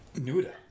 Nuda